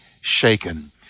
shaken